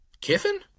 Kiffin